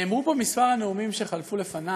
נאמרו פה בכמה נאומים שחלפו לפני